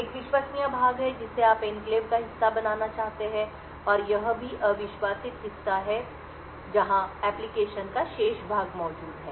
एक विश्वसनीय भाग है जिसे आप एन्क्लेव का हिस्सा बनाना चाहते हैं और यह भी अविश्वासित हिस्सा है जहाँ आवेदन का शेष भाग मौजूद है